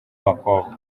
b’abakobwa